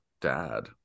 dad